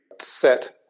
set